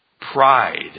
Pride